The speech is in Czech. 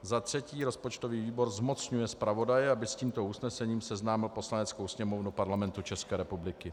Za třetí rozpočtový výbor zmocňuje zpravodaje, aby s tímto usnesením seznámil Poslaneckou sněmovnu Parlamentu České republiky.